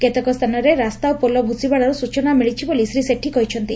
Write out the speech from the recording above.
କେତେକ ସ୍ଥାନରେ ରାସ୍ତା ଓ ପୋଲ ଭୁଶୁଡିବାର ସୂଚନା ମିଳିଛି ବୋଲି ଶ୍ରୀ ସେଠୀ କହିଛନ୍ତି